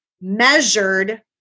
measured